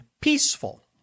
peaceful